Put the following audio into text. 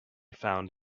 found